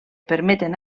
permeten